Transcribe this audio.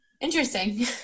Interesting